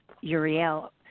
Uriel